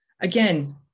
again